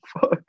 fuck